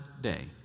day